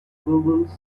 googles